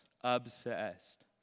Obsessed